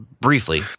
briefly